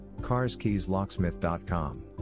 CarsKeysLocksmith.com